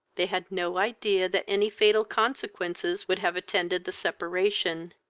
they had no idea that any fatal consequences would have attended the separation,